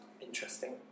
Interesting